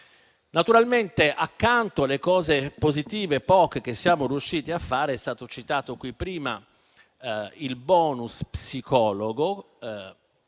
Naturalmente, accanto alle cose positive - poche - che siamo riusciti a fare (è stato citato prima il *bonus* psicologo,